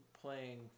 playing